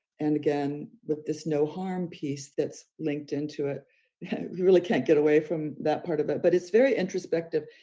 and again, with this no harm piece that's linked into it really can't get away from that part of it. but it's very introspective.